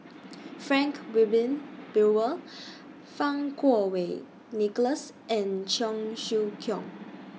Frank Wilmin Brewer Fang Kuo Wei Nicholas and Cheong Siew Keong